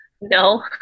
no